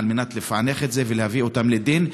כדי לפענח את זה ולהביא אותם לדין,